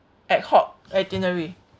ad hoc itinerary